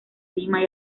lima